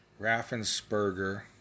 Raffensperger